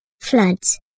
floods